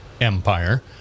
empire